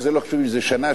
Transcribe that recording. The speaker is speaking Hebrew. ולא חשוב אם זה שנה,